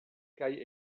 kaj